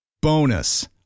Bonus